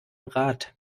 rad